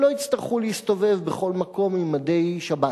שלא יצטרכו להסתובב בכל מקום עם מדי שב"ס.